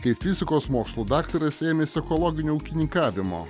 kaip fizikos mokslų daktaras ėmėsi ekologinio ūkininkavimo